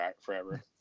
forever